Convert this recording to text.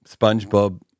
SpongeBob